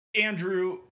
Andrew